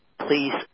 please